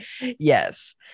Yes